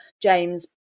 James